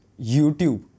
YouTube